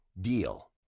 DEAL